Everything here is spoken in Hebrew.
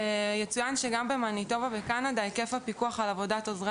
יצוין שגם במניטובה בקנדה היקף הפיקוח על עבודת עוזרי